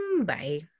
Bye